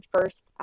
first